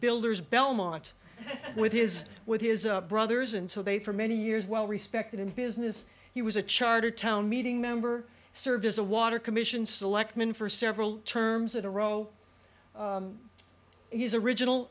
builders belmont with his with his brothers and so they for many years well respected in business he was a charter town meeting member served as a water commission selectman for several terms at a row he's original